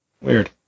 Weird